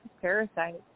parasites